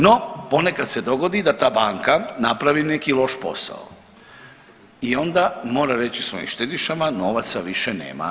No, ponekad se dogodi da ta banka napravi neki loš posao i onda mora reći svojim štedišama novaca više nema.